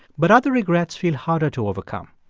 but other regrets feel harder to overcome.